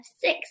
six